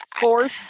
fourth